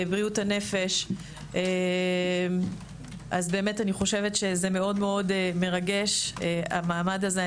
באמת אני חושבת שזה מאוד מרגש המעמד הזה.